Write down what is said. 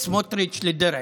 מסמוטריץ' לדרעי.